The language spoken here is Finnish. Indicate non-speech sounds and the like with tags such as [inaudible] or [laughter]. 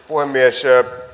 [unintelligible] puhemies